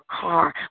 car